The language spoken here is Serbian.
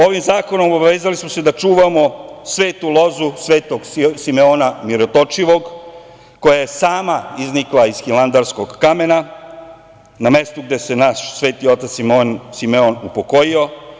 Ovim zakonom obavezali smo se da čuvamo svetu lozu Svetog Simeona Mirotočivog, koja je sama iznikla iz hilandarskog kamena na mestu gde se naš Sveti otac Simeon upokojio.